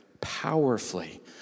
powerfully